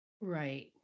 right